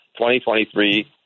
2023